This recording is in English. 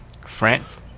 France